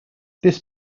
this